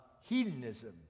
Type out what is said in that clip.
hedonism